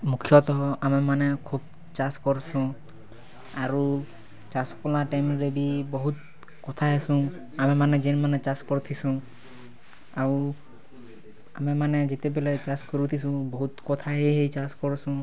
ମୁଖ୍ୟତଃ ଆମେମାନେ ଖୁବ୍ ଚାଷ୍ କରୁସୁଁ ଆରୁ ଚାଷ୍ କଲା ଟାଇମ୍ରେ ବି ବହୁତ କଥା ସୁନ୍ ଆମେମାନେ ଯେନ୍ମାନେ ଚାଷ କରୁଥି ସୁନ୍ ଆଉ ଆମେମାନେ ଯେତେବେଲେ ଚାଷ କରିଥିସୁ ବହୁତ କଥା ହେଇ ହେଇ ଚାଷ୍ କରସୁଁ